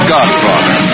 Godfather